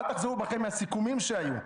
אל תחזרו בכם מהסיכומים שהיו.